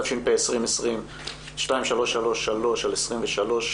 התשפ"א-2020 (פ/2333/23),